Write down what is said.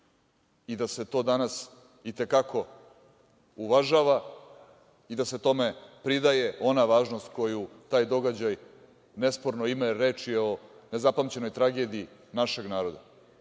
i da se to danas i te kako uvažava i da se tome pridaje ona važnost koju taj događaj, nesporno ime reči o nezapamćenoj tragediji našeg naroda.